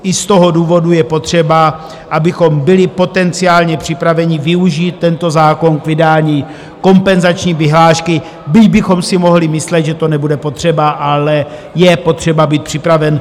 I z toho důvodu je potřeba, abychom byli potenciálně připraveni využít tento zákon k vydání kompenzační vyhlášky, byť bychom si mohli myslet, že to nebude potřeba, ale je potřeba být připraven.